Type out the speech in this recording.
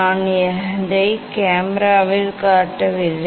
நான் அதை கேமராவில் காட்டவில்லை